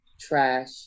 trash